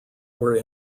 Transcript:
were